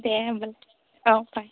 दे होनबालाय औ बाइ